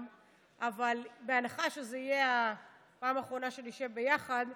אבל בהנחה שזאת תהיה הפעם האחרונה שנשב ביחד,